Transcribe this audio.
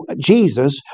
Jesus